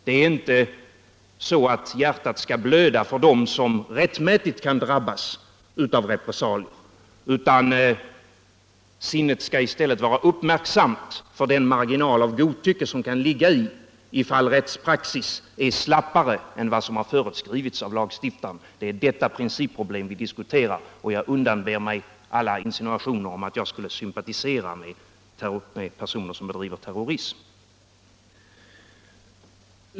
Det är inte så att hjärtat skall blöda för dem som rättmätigt kan drabbas av repressalier, utan sinnet skall i stället vara uppmärksamt på den marginal av godtycke som kan ligga i att rättspraxis eventuellt är slappare än vad som har föreskrivits av lagstiftaren. Det är detta principproblem vi diskuterar, och jag undanber mig alla insinuationer om att jag skulle sympatisera med personer som bedriver terrorism.